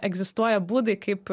egzistuoja būdai kaip